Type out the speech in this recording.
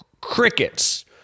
crickets